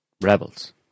rebels